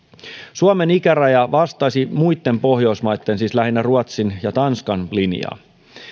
suomen ikäraja vastaisi muitten pohjoismaitten siis lähinnä ruotsin ja tanskan linjaa